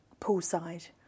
Poolside